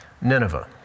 Nineveh